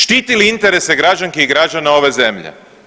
Štiti li interese građanki i građana ove zemlje?